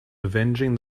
avenging